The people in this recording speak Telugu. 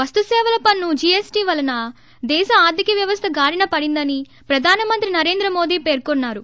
వస్తుసేవల పన్ను జీఎస్టీ వలన దేశ ఆర్గిక వ్యవస్థ గాడిన పడిందని ప్రధాన మంత్రి నరేంద్ర మోదీ పేర్కొన్నారు